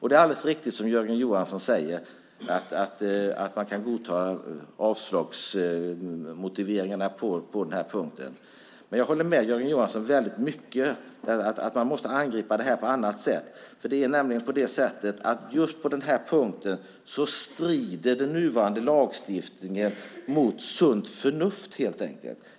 Det är alldeles riktigt som Jörgen Johansson säger att man kan godta avslagsmotiveringarna på den här punkten. Men jag håller med Jörgen Johansson om att man måste angripa detta på annat sätt. Just på den här punkten strider den nuvarande lagstiftningen mot sunt förnuft.